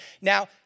Now